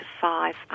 five